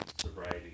sobriety